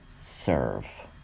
serve